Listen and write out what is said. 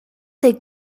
des